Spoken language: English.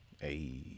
Hey